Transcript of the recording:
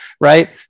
right